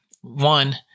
one